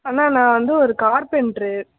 அண்ணா நான் வந்து ஒரு கார்பென்ட்ரு